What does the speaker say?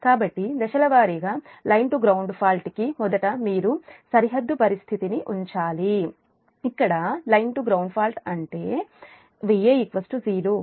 కాబట్టి దశలవారీగా line to ground fault కి మొదట మీరు సరిహద్దు పరిస్థితిని ఉంచాలి ఇక్కడ లైన్ టు గ్రౌండ్ ఫాల్ట్ ఉంటే అంటే Va 0